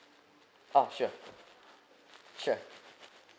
oh sure sure